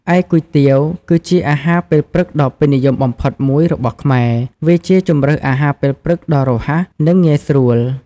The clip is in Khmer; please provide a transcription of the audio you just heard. ឯគុយទាវ គឺជាអាហារពេលព្រឹកដ៏ពេញនិយមបំផុតមួយរបស់ខ្មែរ វាជាជម្រើសអាហារពេលព្រឹកដ៏រហ័ស និងងាយស្រួល។